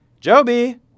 Joby